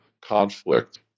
conflict